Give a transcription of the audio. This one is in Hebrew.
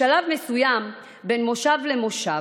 בשלב מסוים, בין מושב למושב,